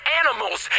animals